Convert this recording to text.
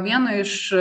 vieno iš